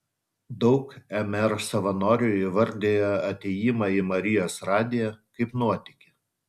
daug mr savanorių įvardija atėjimą į marijos radiją kaip nuotykį